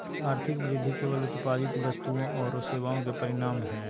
आर्थिक वृद्धि केवल उत्पादित वस्तुओं औरो सेवाओं के परिमाण हइ